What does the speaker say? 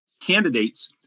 candidates